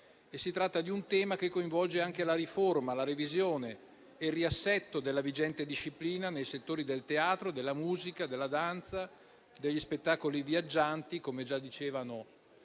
Si tratta di un tema che coinvolge anche la riforma, la revisione e il riassetto della vigente disciplina nei settori del teatro, della musica, della danza, degli spettacoli viaggianti - come già dicevano